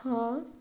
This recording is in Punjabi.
ਹਾਂ